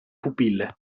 pupille